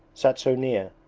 sat so near,